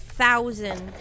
thousand